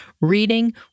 reading